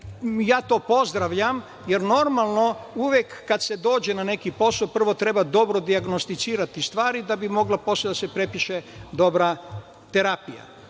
Ja to pozdravljam, jer normalno uvek kada se dođe na neki posao, prvo treba dobro dijagnosticirati stvari da bi mogla posle da se prepiše dobra terapija.